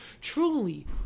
truly